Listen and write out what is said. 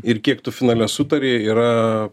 ir kiek tu finale sutarei yra